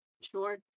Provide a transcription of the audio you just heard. Sure